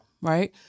Right